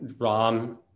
Rom